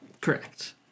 Correct